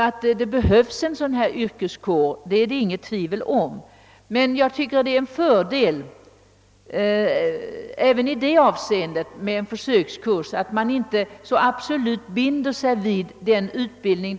Att det behövs en sådan här yrkeskår, råder det alltså inget tvivel om. Jag tycker emellertid, att det är en fördel med en försökskurs, också därför att man då inte absolut binder sig vid en viss utbildning.